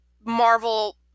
Marvel